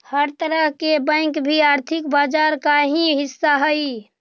हर तरह के बैंक भी आर्थिक बाजार का ही हिस्सा हइ